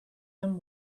him